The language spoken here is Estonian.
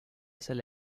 selle